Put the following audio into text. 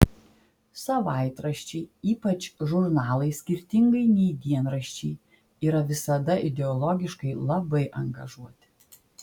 savaitraščiai ypač žurnalai skirtingai nei dienraščiai yra visada ideologiškai labai angažuoti